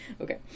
Okay